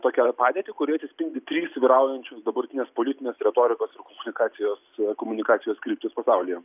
tokią padėtį kurioje atsispindi trys vyraujančios dabartinės politinės retorikos ir komunikacijos komunikacijos kryptys pasaulyje